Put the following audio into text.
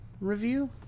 review